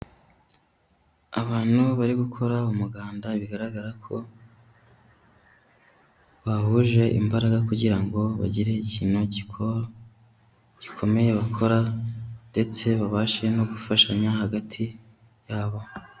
Abantu bari gukora umuganda, bigaragara ko bahuje imbaraga kugira ngo bagire ikintu gikomeye bakora ndetse babashe no gufashanya hagati yabo.